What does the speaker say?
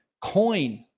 COIN